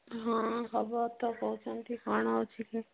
ହଁ ହେବ ତ କହୁଛନ୍ତି କ'ଣ ଅଛି